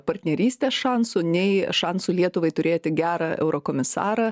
partnerystės šansų nei šansų lietuvai turėti gerą eurokomisarą